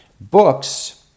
books